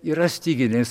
yra styginis